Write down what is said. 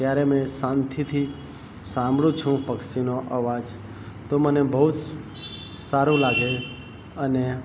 ત્યારે મેં શાંતિથી સાંભળું છું પક્ષીનો આવાજ તો મને બહુ જ સારું લાગે અને